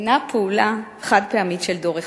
אינה פעולה חד-פעמית של דור אחד.